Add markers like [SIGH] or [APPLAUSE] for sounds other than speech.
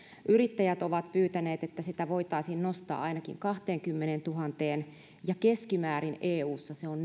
yrittäjät ovat pyytäneet että sitä voitaisiin nostaa ainakin kahteenkymmeneentuhanteen ja keskimäärin eussa se on [UNINTELLIGIBLE]